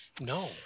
No